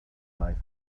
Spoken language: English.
life